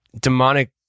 demonic